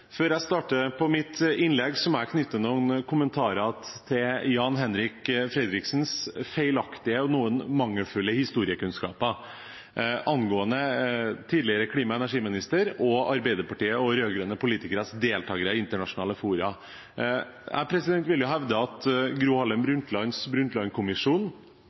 Før jeg starter på mitt innlegg, må jeg knytte noen kommentarer til Jan-Henrik Fredriksens feilaktige og noe mangelfulle historiekunnskaper angående tidligere klima- og energiminister og Arbeiderpartiet og rød-grønne politikeres deltakelse i internasjonale fora. Jeg vil hevde at Gro Harlem